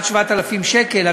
עד 7,000 שקל,